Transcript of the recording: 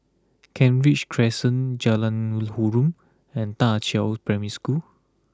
Kent Ridge Crescent Jalan Harum and Da Qiao Primary School